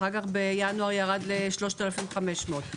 בינואר ירד ל-3,500.